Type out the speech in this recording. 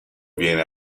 viene